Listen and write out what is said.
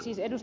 siis ed